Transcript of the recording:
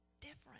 different